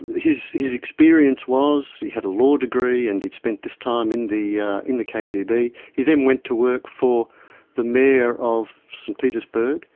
his his experience was he had a law degree and he'd spent this time in the in the kgb. he then went to work for the mayor of st petersburg,